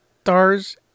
stars